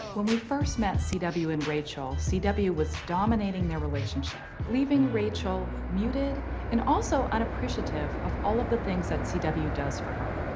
when we first met c w. and rachel, c w. was dominating their relationship, leaving rachel muted and also unappreciative of all the things that c w. does for her.